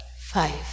five